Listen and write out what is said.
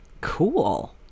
cool